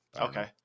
Okay